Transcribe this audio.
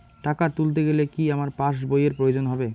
টাকা তুলতে গেলে কি আমার পাশ বইয়ের প্রয়োজন হবে?